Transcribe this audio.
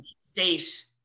state